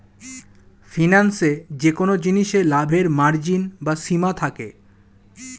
ফিন্যান্সে যেকোন জিনিসে লাভের মার্জিন বা সীমা থাকে